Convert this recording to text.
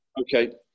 okay